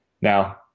now